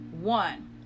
one